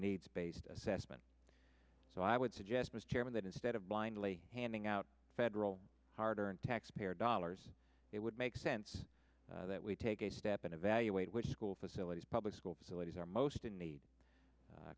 needs based assessment so i would suggest mr chairman that instead of blindly handing out federal harder and taxpayer dollars it would make sense that we take a step and evaluate which school facilities public school facilities are most in need